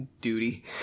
duty